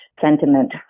sentiment